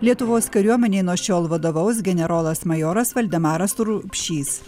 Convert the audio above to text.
lietuvos kariuomenei nuo šiol vadovaus generolas majoras valdemaras rupšys